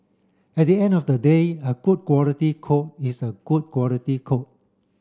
at the end of the day a good quality code is a good quality code